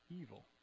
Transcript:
evil